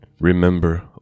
Remember